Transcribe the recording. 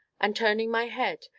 and, turning my head,